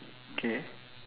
K